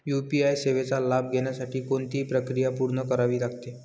UPI सेवेचा लाभ घेण्यासाठी कोणती प्रक्रिया पूर्ण करावी लागते?